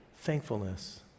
Thankfulness